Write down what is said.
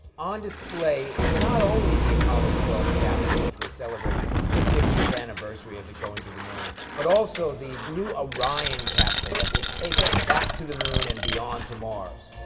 on display is not only the apollo twelve capsule, which we're celebrating the fiftieth anniversary of it going to the moon, but also the new orion capsule that will take us back to the moon and beyond, to mars.